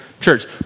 church